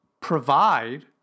provide